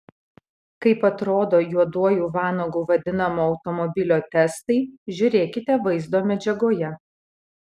kaip atrodo juoduoju vanagu vadinamo automobilio testai žiūrėkite vaizdo medžiagoje